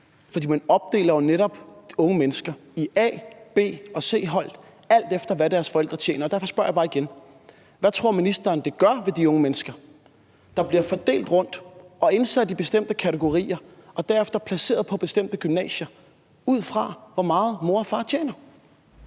for man opdeler jo netop unge mennesker i A-, B- og C-hold, alt efter hvad deres forældre tjener. Derfor spørger jeg bare igen: Hvad tror ministeren det gør de unge mennesker, der bliver fordelt rundt og indsat i bestemte kategorier og derefter placeret på bestemte gymnasier, ud fra hvor meget deres mor og far tjener?